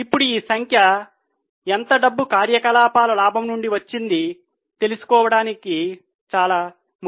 ఇప్పుడు ఈ సంఖ్య ఎంత డబ్బు కార్యకలాపాల లాభం నుండి వచ్చింది తెలుసుకోవడానికి చాలా ముఖ్యము